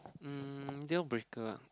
um deal breaker ah